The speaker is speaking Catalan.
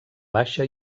baixa